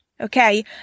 Okay